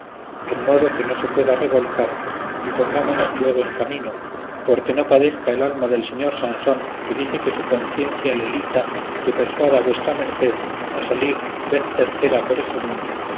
en modo que no se pueda revolcar y pongámonos luego en camino porque no padezca el alma del señor sansón que dice que su conciencia le lita que persuada a vuestra merced a salir vez tercera por ese mundo